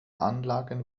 anlagen